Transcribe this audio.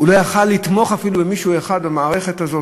הוא לא היה יכול לתמוך אפילו באחד במערכת הזו,